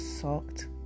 sucked